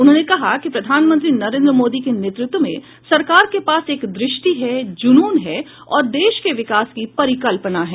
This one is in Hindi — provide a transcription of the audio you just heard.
उन्होंने कहा कि प्रधानमंत्री नरेन्द्र मोदी के नेतृत्व में सरकार के पास एक दृष्टि है जूनुन है और देश के विकास की परिकल्पना है